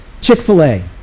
chick-fil-a